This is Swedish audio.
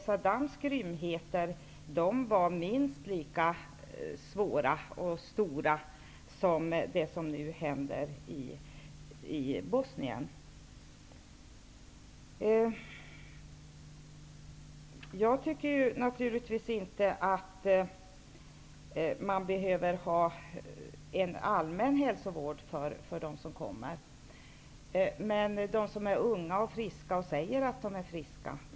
Saddams grymheter var minst lika svåra och om fattande som det som nu händer i Bosnien. Jag tycker naturligtvis inte att man behöver ha en allmän hälsovård för dem som kommer hit, inte för dem som är unga och friska och säger att de är friska.